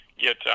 get